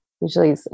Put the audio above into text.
usually